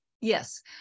Yes